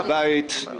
היושב-ראש.